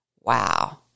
Wow